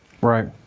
Right